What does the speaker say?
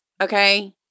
Okay